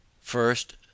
First